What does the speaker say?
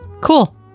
cool